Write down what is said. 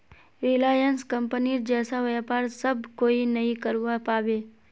Reliance कंपनीर जैसा व्यापार सब कोई नइ करवा पाबे